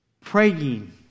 Praying